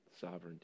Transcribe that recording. sovereignty